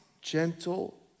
gentle